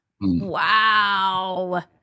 Wow